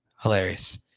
Hilarious